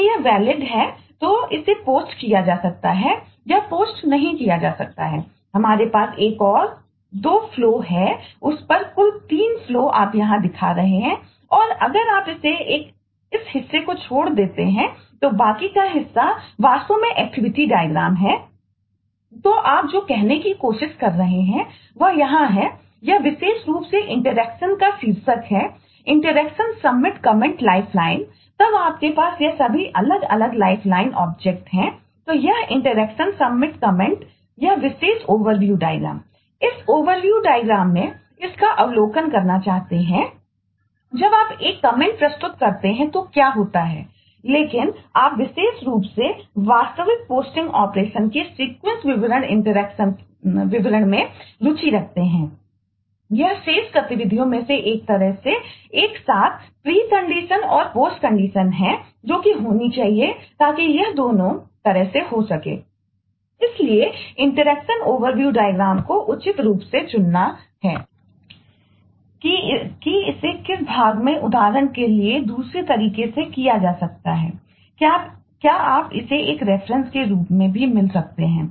यदि यह वैलिड इस ओवरव्यू डायग्राम के रूप में भी मिल सकते हैं